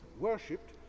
worshipped